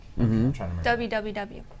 WWW